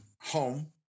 home